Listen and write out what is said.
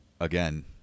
again –